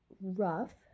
rough